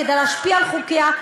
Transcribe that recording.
כדי להשפיע על חוקיה,